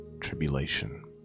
tribulation